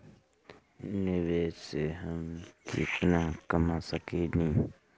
निवेश से हम केतना कमा सकेनी?